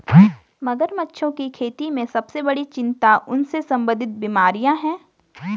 मगरमच्छों की खेती में सबसे बड़ी चिंता उनसे संबंधित बीमारियां हैं?